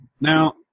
now